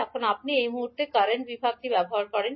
এখন আপনি এই মুহুর্তে কারেন্ট বিভাগটি ব্যবহার করবেন